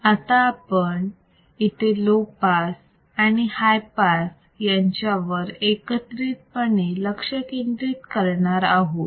आता इथे आपण लो पास आणि हाय पास यांच्यावर एकत्रितपणे लक्ष केंद्रित करणार आहोत